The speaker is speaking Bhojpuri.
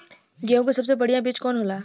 गेहूँक सबसे बढ़िया बिज कवन होला?